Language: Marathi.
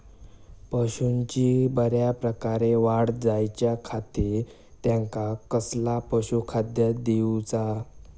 पशूंची बऱ्या प्रकारे वाढ जायच्या खाती त्यांका कसला पशुखाद्य दिऊचा?